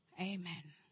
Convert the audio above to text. Amen